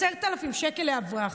10,000 שקלים לאברך.